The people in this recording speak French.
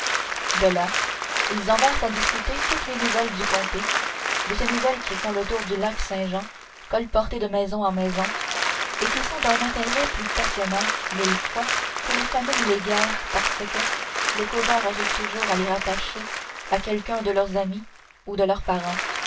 de là ils en vinrent à discuter toutes les nouvelles du comté de ces nouvelles qui font le tour du lac saint-jean colportées de maison en maison et qui sont d'un intérêt plus passionnant mille fois que les famines ou les guerres parce que les causeurs arrivent toujours à les rattacher à quelqu'un de leurs amis ou de leurs parents